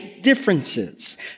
differences